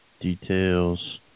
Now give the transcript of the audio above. details